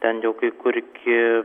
ten jau kai kur iki